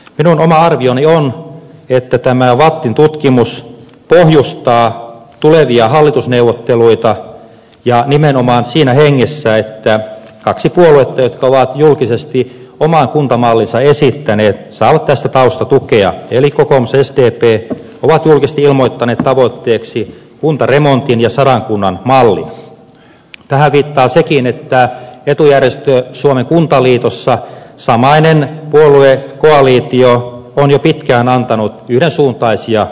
nolla h junior on että tämä vattin tutkimus kannustaa tulevia hallitusneuvotteluita ja nimenomaan siinä hengessä että kaksi kertaa julkisesti maakuntamallissa esittäneet valkoiset ostokykyä eli koko säästöt ovat ilmoittaneet tavoitteeksi kuntaremontin ja selän kunnan malli tähän viittaa sekin että etujärjestön suomen kuntaliitossa samainen puoluekoalitio on jo pitkään antanut yhdensuuntaisia